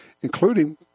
including